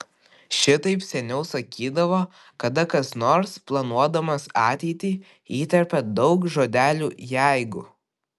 šitaip seniau sakydavo kada kas nors planuodamas ateitį įterpia daug žodelių jeigu